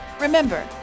Remember